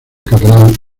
catalán